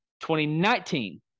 2019